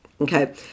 Okay